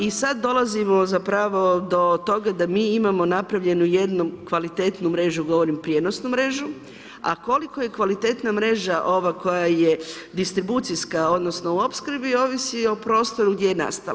I sada dolazimo do toga da mi imamo napravljenu jednu kvalitetnu mrežu, govorim prijenosnu mrežu, a koliko je kvalitetna mreža ova koja je distribucijska odnosno u opskrbi ovisi o prostoru gdje je nastala.